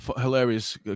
hilarious